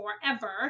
forever